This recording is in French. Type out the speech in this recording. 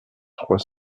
trois